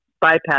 bypass